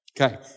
Okay